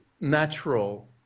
natural